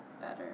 better